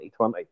2020